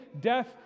death